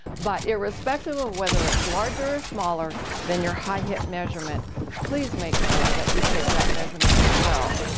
but irrespective of whether it's larger or smaller than your high hip measurement please make sure that you take that measurement as well.